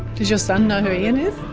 does your son know who ian is?